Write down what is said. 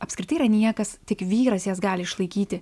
apskritai yra niekas tik vyras jas gali išlaikyti